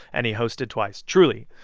and he hosted twice. truly.